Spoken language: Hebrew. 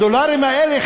הדולרים האלה,